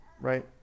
right